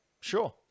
Sure